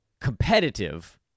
competitive